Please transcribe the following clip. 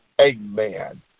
amen